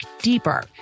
deeper